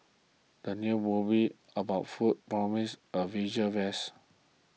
the new movie about food promises a visual